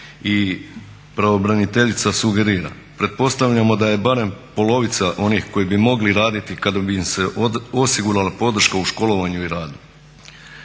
i pravobraniteljica sugerira pretpostavljamo da je barem polovica onih koji bi mogli raditi kada bi im se osigurala podrška u školovanju i radu.